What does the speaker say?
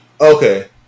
Okay